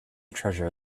treasure